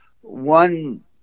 one